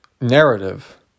narrative